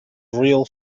real